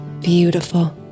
beautiful